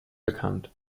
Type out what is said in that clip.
bekannt